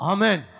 Amen